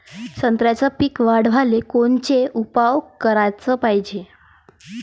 संत्र्याचं पीक वाढवाले कोनचे उपाव कराच पायजे?